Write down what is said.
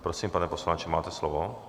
Prosím, pane poslanče, máte slovo.